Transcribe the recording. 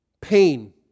pain